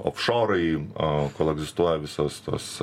ofšorai a kol egzistuoja visos tos